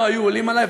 לא היו עולים עלי,